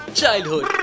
childhood